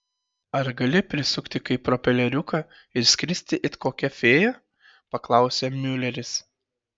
ar gali prisukti kaip propeleriuką ir skristi it kokia fėja paklausė miuleris